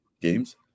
games